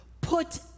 Put